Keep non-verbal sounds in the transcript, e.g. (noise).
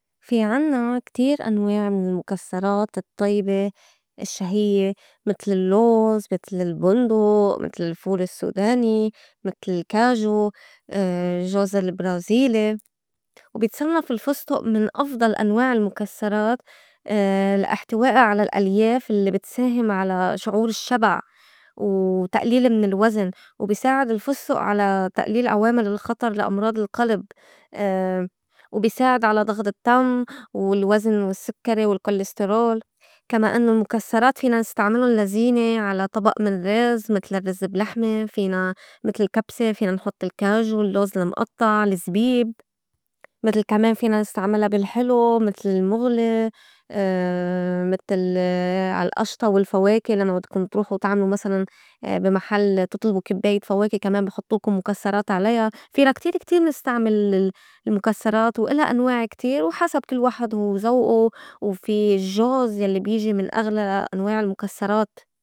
في عنّا كتير أنواع من المُكسّرات الطّيبة الشهيّة متل اللّوز، متل البندُق، متل الفول السّوداني، متل الكاجو، (hesitation) الجّوز البرازيلي. وبيتصنّف الفستُق من أفضل أنواع المُكسّرات (hesitation) لا احتوائها على الألياف الّي بتساهم على شعور الشّبع، و تقليل من الوزن، وبي ساعد الفستُق على تقليل عوامل الخطر لا أمراض القلِب، (hesitation) وبي ساعد على ضغط الدّم، والوزن، والسكّري، والكوليسترول. كما إنّو المُكسّرات فينا نستعملُن لا زينة على طبق من رز متل الرّز بلحمة، فينا متل الكبسة، فينا نحُط الكاجو، اللّوز المقطّع، الزبيب، متل كمان فينا نستعملا بالحلو متل المُغلي، (hesitation) متل عالقشطة والفواكه لمّا بدكُن تروحوا تعملوا مسلاً بي محل تطلبوا كبّاية فواكه كمان بي حطّولكُن مُكسّرات عليا، فينا كتير- كتير نستعمل ال- المُكسّرات وإلا أنواع كتير وحسب كل واحد وزوقه. وفي الجّوز يلّي بيجي من أغلى أنواع المُكسّرات.